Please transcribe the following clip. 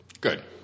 Good